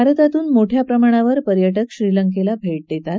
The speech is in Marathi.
भारतातून मोठ्या प्रमाणावर पर्यटक श्रीलंकेला भेट देतात